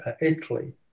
Italy